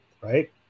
right